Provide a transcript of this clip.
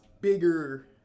bigger